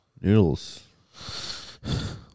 Noodles